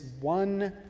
one